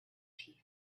teeth